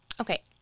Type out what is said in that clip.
Okay